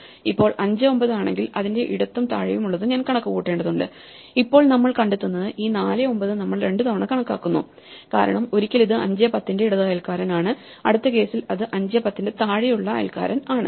ഇപ്പോൾ 5 9 ആണെങ്കിൽ അതിന്റെ ഇടത്തും താഴെയുമുള്ളത് ഞാൻ കണക്കുകൂട്ടേണ്ടതുണ്ട് ഇപ്പോൾ നമ്മൾ കണ്ടെത്തുന്നത് ഈ 4 9 നമ്മൾ രണ്ടുതവണ കണക്കാക്കുന്നു കാരണം ഒരിക്കൽ ഇത് 5 10 ന്റെ ഇടത് അയൽക്കാരൻ ആണ് അടുത്ത കേസിൽ അത് 510 ന്റെ താഴെയുള്ള അയൽക്കാരൻ ആണ്